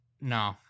No